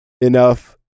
enough